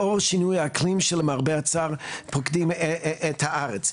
לאור שינוי האקלים שלמרבה הצער פוקדים את הארץ.